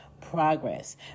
progress